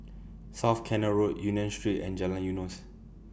South Canal Road Union Street and Jalan Eunos